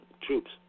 troops